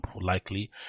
likely